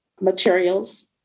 materials